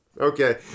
Okay